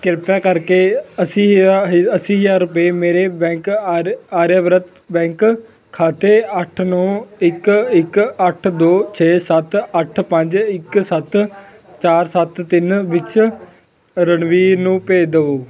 ਕ੍ਰਿਪਾ ਕਰਕੇ ਅੱਸੀ ਅੱਸੀ ਹਜ਼ਾਰ ਰੁਪਏ ਮੇਰੇ ਬੈਂਕ ਆਰਿਆ ਆਰਿਆਵਰਤ ਬੈਂਕ ਖਾਤੇ ਅੱਠ ਨੌਂ ਇੱਕ ਇੱਕ ਅੱਠ ਦੋ ਛੇ ਸੱਤ ਅੱਠ ਪੰਜ ਇੱਕ ਸੱਤ ਚਾਰ ਸੱਤ ਤਿੰਨ ਵਿੱਚ ਰਣਬੀਰ ਨੂੰ ਭੇਜ ਦੇਵੋ